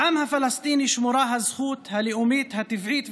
לעם הפלסטיני שמורה הזכות הלאומית הטבעית,